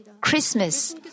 Christmas